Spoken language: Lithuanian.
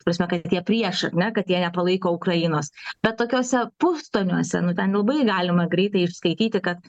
ta prasme kad tie priešai ar ne kad jie nepalaiko ukrainos bet tokiuose pustoniuose nu ten labai galima greitai išskaityti kad